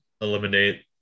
eliminate